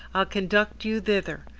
i'll conduct you thither,